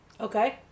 Okay